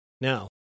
Now